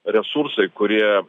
resursai kurie